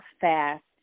fast